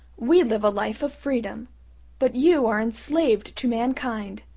we live a life of freedom but you are enslaved to mankind,